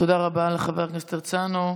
תודה רבה לחבר הכנסת הרצנו.